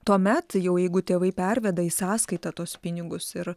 tuomet jau jeigu tėvai perveda į sąskaitą tuos pinigus ir